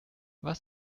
was